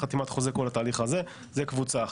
חתימת חוזה כל התהליך הזה זו קבוצה אחת.